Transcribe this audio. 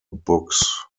books